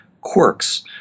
quirks